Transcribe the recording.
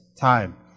time